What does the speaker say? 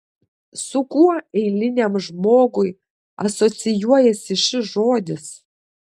su kuo eiliniam žmogui asocijuojasi šis žodis